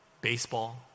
baseball